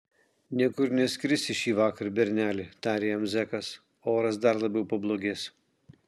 niekur neskrisi šįvakar berneli tarė jam zekas oras dar labiau pablogės